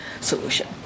solution